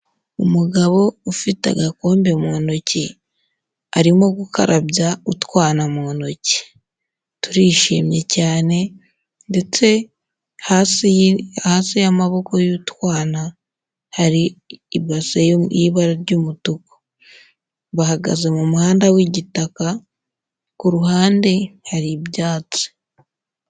Umugabo ufite agakombe mu ntoki arimo gukarabya utwana mu ntoki, turishimye cyane ndetse hasi y'amaboko y'utwana hari ibase y'ibara ry'umutuku, bahagaze mu muhanda w'igitaka ku ruhande hari ibyatsi.